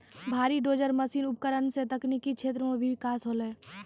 भारी dozer machine उपकरण सें तकनीकी क्षेत्र म भी बिकास होलय